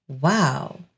Wow